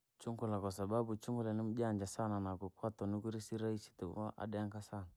Chankula kwasababu, chunkura ni mjanja sana na kukweta nu kiraisii isiitukwe adenka sana.